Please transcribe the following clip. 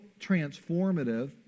transformative